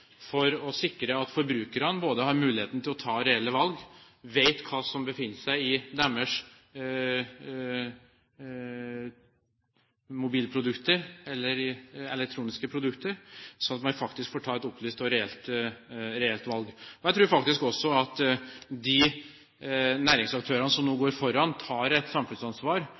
for å sikre at forbrukerne har muligheten til å ta reelle valg, at de vet hva som befinner seg i deres mobilprodukter eller elektroniske produkter, slik at man får ta et opplyst og reelt valg. Jeg tror også at de næringsaktørene som nå går foran og tar et samfunnsansvar,